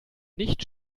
nicht